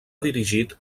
dirigit